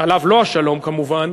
עליו לא השלום כמובן,